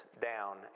down